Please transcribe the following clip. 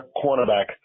cornerback